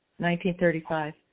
1935